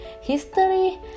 history